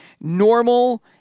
normal